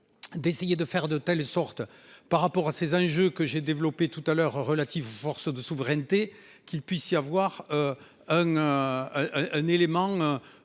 D'essayer de faire de telle sorte par rapport à ces enjeux que j'ai développé tout à l'heure relatives forces de souveraineté qu'il puisse y avoir. Un,